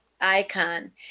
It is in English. icon